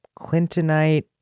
Clintonite